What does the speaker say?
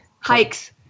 hikes